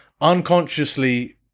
unconsciously